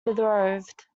betrothed